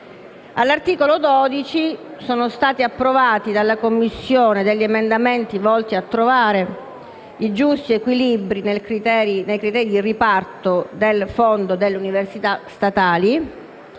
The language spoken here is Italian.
All'articolo 12 sono stati approvati dalla Commissione degli emendamenti volti a trovare i giusti equilibri nei criteri di riparto del fondo università statali: